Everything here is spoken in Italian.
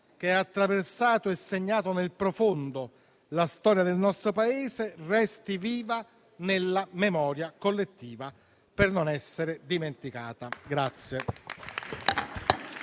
che ha attraversato e segnato nel profondo la storia del nostro Paese resti viva nella memoria collettiva per non essere dimenticata.